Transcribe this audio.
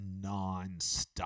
nonstop